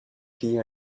finit